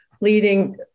leading